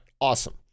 awesome